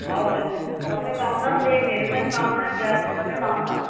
हजुर हजुर सबै पाउँछ प्लेटहरू पनि पाउँछ ग्लासहरू सबै पाउँछ